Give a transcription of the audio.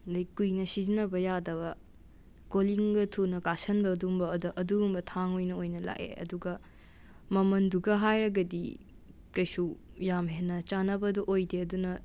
ꯑꯗꯩ ꯀꯨꯏꯅ ꯁꯤꯖꯤꯟꯅꯕ ꯌꯥꯗꯕ ꯀꯣꯂꯤꯡꯒ ꯊꯨꯅ ꯀꯥꯁꯤꯟꯕꯒꯨꯝꯕꯗ ꯑꯗꯨꯒꯨꯝꯕ ꯊꯥꯡ ꯑꯣꯏꯅ ꯑꯣꯏꯅ ꯂꯥꯛꯑꯦ ꯑꯗꯨꯒ ꯃꯃꯟꯗꯨꯒ ꯍꯥꯏꯔꯒꯗꯤ ꯀꯩꯁꯨ ꯌꯥꯝꯅ ꯍꯦꯟꯅ ꯆꯥꯅꯕꯗꯣ ꯑꯣꯏꯗꯦ ꯑꯗꯨꯅ